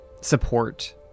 support